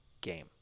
game